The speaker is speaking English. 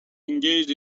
engaged